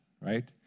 right